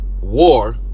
War